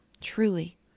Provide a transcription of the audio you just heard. Truly